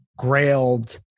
Grailed